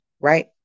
Right